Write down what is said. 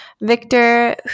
Victor